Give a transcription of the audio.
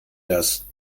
das